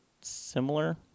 similar